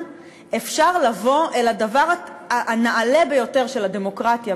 אפשר לבוא אל הדבר הנעלה ביותר של הדמוקרטיה,